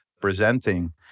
presenting